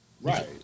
Right